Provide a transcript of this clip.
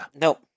Nope